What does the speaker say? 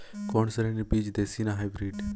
কোন শ্রেণীর বীজ দেশী না হাইব্রিড?